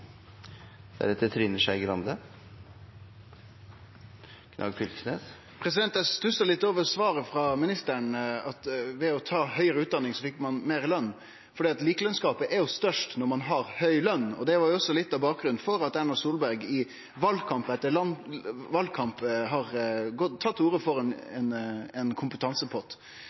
Fylkesnes. Eg stussar litt over svaret frå ministeren, at ved å ta høgare utdanning får ein meir i løn. Likelønsgapet er jo størst når ein har høg løn, og det er litt av bakgrunnen for at Erna Solberg i valkamp etter valkamp har tatt til orde for ein kompetansepott. Til og med i Dagbladet rett før valet i 2009 oppgav ho at det ville vere rundt 3 mrd. kr i ein